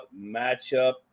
matchup